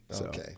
Okay